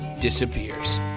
disappears